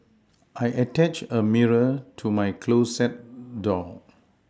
I attached a mirror to my closet door